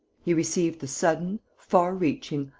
he received the sudden, far-reaching,